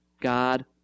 God